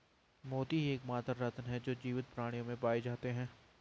मोती ही एकमात्र रत्न है जो जीवित प्राणियों में पाए जाते है